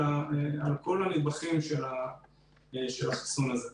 אלא על כל הנדבכים של החיסון הזה.